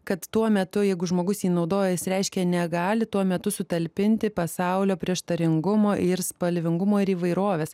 kad tuo metu jeigu žmogus jį naudojasi reiškia negali tuo metu sutalpinti pasaulio prieštaringumo ir spalvingumo ir įvairovės